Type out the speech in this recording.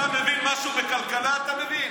אתה מבין משהו בכלכלה, אתה מבין?